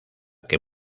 que